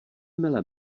mele